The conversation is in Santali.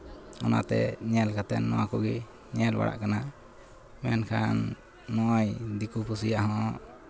ᱚᱱᱟᱛᱮ ᱧᱮᱞ ᱠᱟᱛᱮᱫ ᱱᱚᱣᱟ ᱠᱚᱜᱮ ᱧᱮᱞ ᱵᱟᱲᱟᱜ ᱠᱟᱱᱟ ᱢᱮᱱᱠᱷᱟᱱ ᱱᱚᱜᱼᱚᱭ ᱫᱤᱠᱩ ᱯᱩᱥᱤᱭᱟᱜ ᱦᱚᱸ